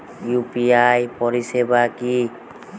UPI পরিসেবাটা কি?